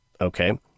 okay